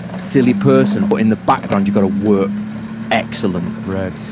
silly person, but in the background you've got a work excellent right.